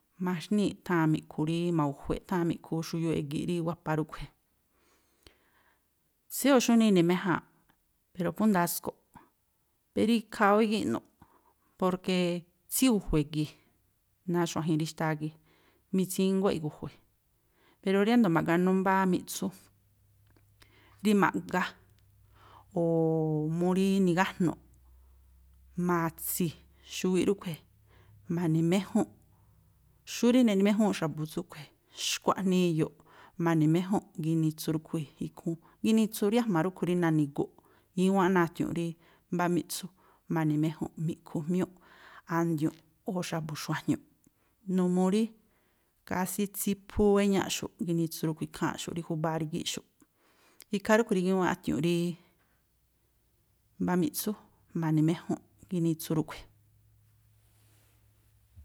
Maxniꞌ tháa̱n mi̱ꞌkhu rí ma̱gu̱jue̱ꞌ tháa̱n mi̱ꞌkhu xuyuuꞌ e̱gi̱ꞌ rí wapa rúꞌkhui̱. tséyóo̱ xújnii ini̱méjáa̱nꞌ, pero phú ndasko̱ꞌ, pero ikhaa ú igíꞌnu̱ꞌ, porke tsígu̱jue̱ gii̱, náa̱ xuajin rí xtáá gii̱. Mitsínguá igu̱jue̱, pero riándo̱ ma̱ꞌganú mbá miꞌtsú rí ma̱ꞌgá, o̱o̱o̱ mú rí nigájnu̱ꞌ ma̱tsi̱ xuwiꞌ rúꞌkhui̱, ma̱ni̱méjúnꞌ xú rí neꞌniméjúúnꞌ xa̱bu̱ tsúꞌkhui̱, xkua̱ꞌnii iyo̱ꞌ ma̱ni̱méjúnꞌ ginitsu ríꞌkhui̱ ikhúún. Ginitsu rí a̱jma̱ rúꞌkhui̱ rí nani̱gu̱ꞌ, gíwánꞌ náa̱ a̱tiu̱nꞌ rí mbá miꞌtsú ma̱ni̱méj́únꞌ mi̱ꞌkhu jmiúꞌ a̱ndiu̱nꞌ o̱ xa̱bu̱ xuajñu̱ꞌ. Numuu rí kásí tsíphú wéñaꞌxu̱ꞌ ginitsu ríꞌkhui̱ ikháa̱nꞌxu̱ꞌ rí júba̱a rígíꞌ xúꞌ. Ikhaa rúꞌkhui̱ rí gíwánꞌ a̱tiu̱nꞌ rí mbá miꞌtsú ma̱ni̱méjúnꞌ ginitsu rúꞌkhui̱.